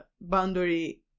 boundary